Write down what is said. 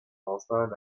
ausland